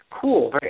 cool